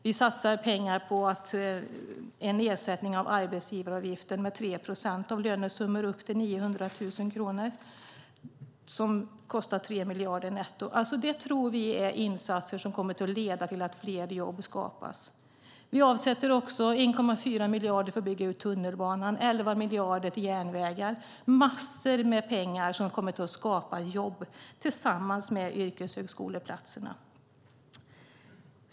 Vi satsar pengar på en nedsättning av arbetsgivaravgiften med 3 procent för lönesummor upp till 900 000 kronor. Detta kostar 3 miljarder netto. Vi tror att det här är insatser som kommer att leda till att fler jobb skapas. Vi avsätter också 1,4 miljarder för att bygga ut tunnelbanan och 11 miljarder till järnvägar. Det är massor med pengar som kommer att skapa jobb, tillsammans med yrkeshögskoleplatserna.